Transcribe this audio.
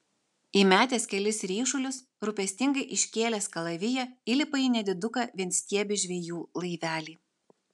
įmetęs kelis ryšulius rūpestingai iškėlęs kalaviją įlipa į nediduką vienstiebį žvejų laivelį